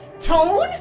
Tone